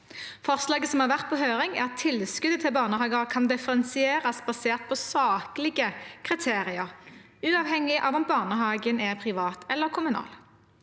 Forslaget som har vært på høring, er at tilskuddet til barnehager kan differensieres basert på saklige kriterier, uavhengig av om barnehagen er privat eller kommunal.